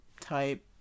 type